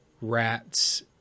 rats